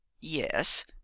yes